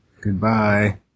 goodbye